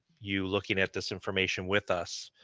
you looking at this information with us.